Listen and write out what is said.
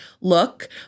look